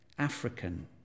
African